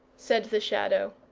said the shadow.